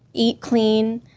eat clean,